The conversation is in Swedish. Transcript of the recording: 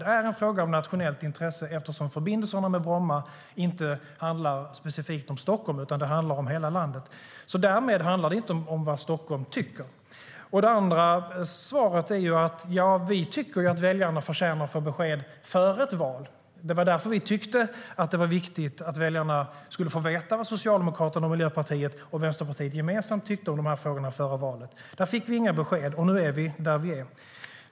Det är en fråga av nationellt intresse, eftersom förbindelserna med Bromma inte handlar specifikt om Stockholm utan om hela landet. Därmed handlar det inte om vad Stockholm tycker. För det andra tycker vi att väljarna förtjänar att få besked före ett val. Det var därför som vi tyckte att det var viktigt att väljarna skulle få veta vad Socialdemokraterna, Miljöpartiet och Vänsterpartiet gemensamt tyckte i frågan före valet. Då fick vi inga besked, och nu är vi där vi är.